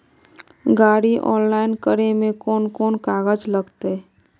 गाड़ी ऑनलाइन करे में कौन कौन कागज लगते?